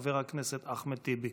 חבר הכנסת אחמד טיבי.